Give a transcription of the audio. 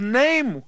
name